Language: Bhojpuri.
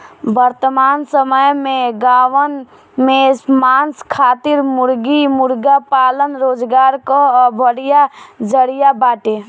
वर्तमान समय में गांवन में मांस खातिर मुर्गी मुर्गा पालन रोजगार कअ बढ़िया जरिया बाटे